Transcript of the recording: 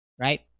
Right